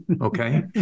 okay